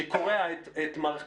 שקורע את מערכת